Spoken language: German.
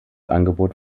angebot